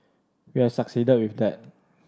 we have succeeded with that